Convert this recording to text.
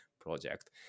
project